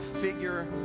figure